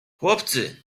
chłopcy